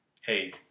Hey